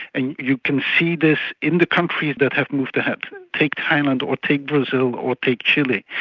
and you can see this in the countries that have moved ahead take thailand, or take brazil or take chile,